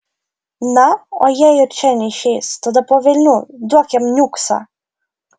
na o jei ir čia neišeis tada po velnių duok jam niuksą